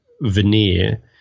veneer